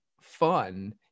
fun